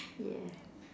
yeah